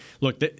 look